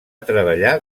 treballar